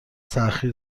تاخیر